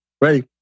Ready